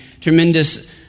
tremendous